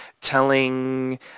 telling